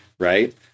Right